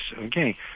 okay